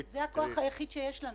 זה הכוח היחיד שיש לנו.